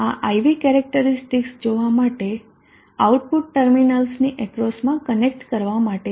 આ I V characteristics જોવા માટે આઉટપુટ ટર્મિનલ્સની અક્રોસમાં કનેક્ટ કરવા માટે છે